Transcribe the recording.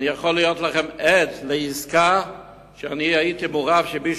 אני יכול להיות עד לעסקה שהייתי מעורב בה.